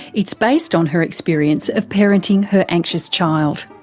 it's based on her experience of parenting her anxious child.